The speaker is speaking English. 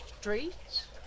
streets